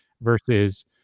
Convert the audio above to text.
versus